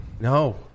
No